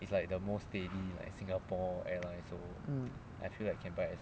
mm